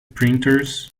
printers